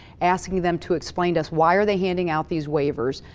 asking them to explain to us, why are they handing out these wavers.